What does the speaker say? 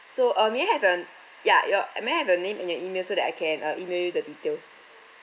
so um may I have your ya your may I have your name and your email so that I can uh email you the details